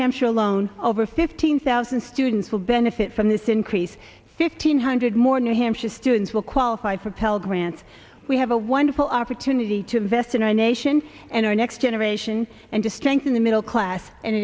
hampshire alone over fifteen thousand students will benefit from this increase fifteen hundred more new hampshire students will qualify for pell grants we have a wonderful opportunity to invest in our nation and our next generation and to strengthen the middle class and